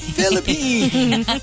Philippines